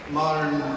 modern